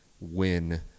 win